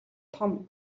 том